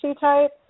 type